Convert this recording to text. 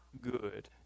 good